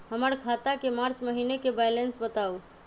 हमर खाता के मार्च महीने के बैलेंस के बताऊ?